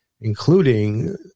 including